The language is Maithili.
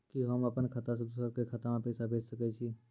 कि होम अपन खाता सं दूसर के खाता मे पैसा भेज सकै छी?